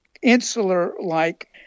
insular-like